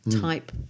type